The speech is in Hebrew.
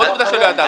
עוד עובדה שלא ידעת.